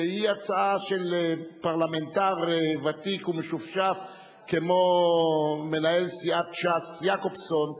שהיא הצעה של פרלמנטר ותיק ומשופשף כמו מנהל סיעת ש"ס יעקובזון,